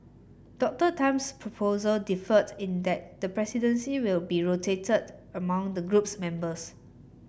Doctor Tan's proposal differed in that the presidency will be rotated among the group's members